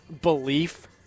belief